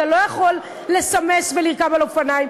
אתה לא יכול לסמס ולרכוב על אופניים,